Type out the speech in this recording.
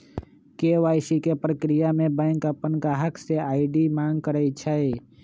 KYC के परक्रिया में बैंक अपन गाहक से आई.डी मांग करई छई